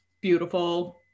beautiful